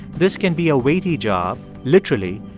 this can be a weighty job, literally,